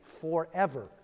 forever